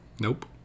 Nope